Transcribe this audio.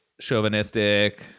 chauvinistic